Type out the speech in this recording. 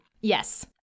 Yes